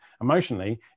Emotionally